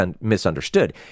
misunderstood